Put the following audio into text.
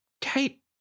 Kate